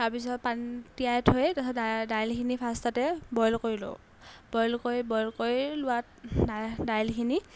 তাৰপিছত পানী তিয়াই থৈ তাছত দাইলখিনি ফাৰ্ষ্টতে বইল কৰি লওঁ বইল কৰি বইল কৰি লোৱাত দাই দাইলখিনি